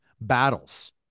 battles